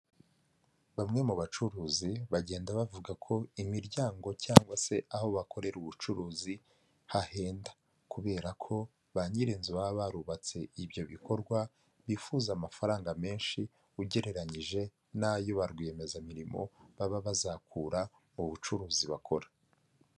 Bamwe mu bacuruzi bagenda bavuga ko imiryango cyangwa se aho bakorera ubucuruzi hahenda, kubera ko ba nyir'inzu baba barubatse ibyo bikorwa bifuza amafaranga menshi, ugereranyije n'ayo ba rwiyemezamirimo baba bazakura mu bucuruzi bakora.